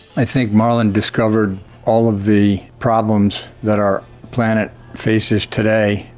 i think marlon discovered all of the problems that our planet faces today,